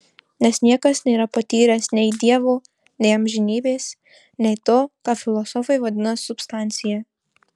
nes niekas nėra patyręs nei dievo nei amžinybės nei to ką filosofai vadina substancija